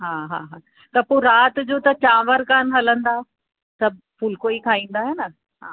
हा हा त पोइ राति जो त चांवर कान हलंदा सभु फुल्को ई खाईंदा न हा